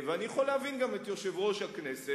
אני יכול להבין גם את יושב-ראש הכנסת,